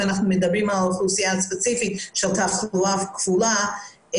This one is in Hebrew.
אנחנו מדברים על האוכלוסייה הספציפית של תחלואה כפולה,